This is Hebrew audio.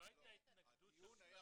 הדיון היה